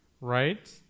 right